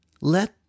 let